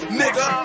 nigga